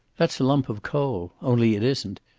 that's a lump of coal only it isn't.